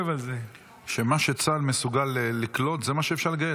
שמה שצה"ל מסוגל לקלוט זה מה שאפשר לגייס.